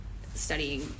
studying